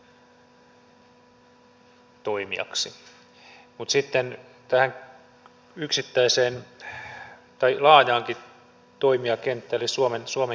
mutta sitten tähän yksittäiseen tai laajaankin toimijakenttään eli suomen kylätoimintaan